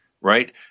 right